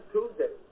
Tuesday